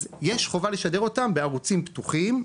אז יש חובה לשדר אותם בערוצים פתוחים,